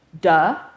Duh